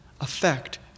affect